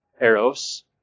eros